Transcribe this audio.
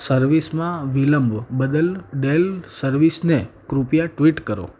સર્વિસમાં વિલંબ બદલ ડેલ સર્વિસને કૃપયા ટ્વીટ કરો